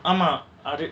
ஆமா அரு:aama aru